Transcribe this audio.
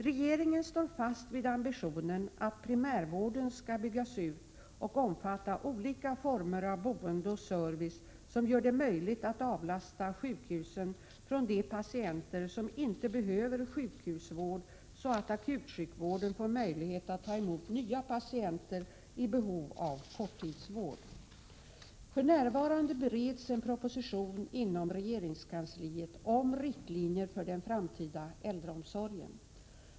Regeringen står fast vid ambitionen att primärvården skall byggas ut och omfatta olika former av boende och service som gör det möjligt att avlasta sjukhusen från de patienter som inte behöver sjukhusvård, så att akutsjukvården får möjlighet att ta emot nya patienter i behov av korttidsvård. För närvarande bereds en proposition inom regeringskansliet om riktlinjer för den framtida äldreomsorgen.